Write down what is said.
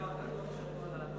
הבטחת לענות